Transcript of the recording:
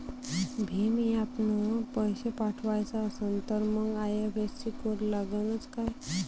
भीम ॲपनं पैसे पाठवायचा असन तर मंग आय.एफ.एस.सी कोड लागनच काय?